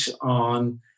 on